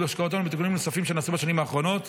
השקעות הון ובתיקונים נוספים שנעשו בשנים האחרונות.